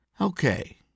Okay